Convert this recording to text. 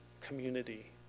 community